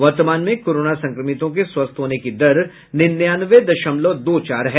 वर्तमान में कोरोना संक्रमितों के स्वस्थ होने की दर निन्यानवे दशमलव दो चार है